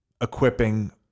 equipping